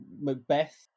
Macbeth